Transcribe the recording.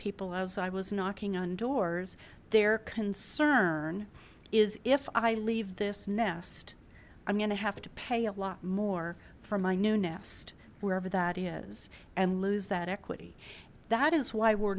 people as i was knocking on doors their concern is if i leave this nest i'm going to have to pay a lot more for my new nest wherever that is and lose that equity that is why we're